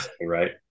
Right